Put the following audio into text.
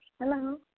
Hello